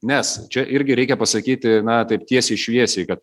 nes čia irgi reikia pasakyti na taip tiesiai šviesiai kad